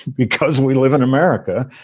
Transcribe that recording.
because we live in america,